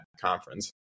conference